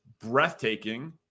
breathtaking